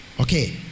Okay